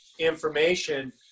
information